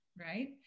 right